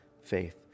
faith